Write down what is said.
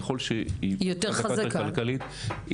ככול שהיא יותר חזקה כלכלית,